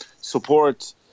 support